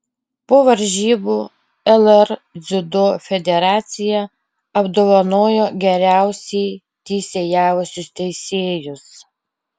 po varžybų lr dziudo federacija apdovanojo geriausiai teisėjavusius teisėjus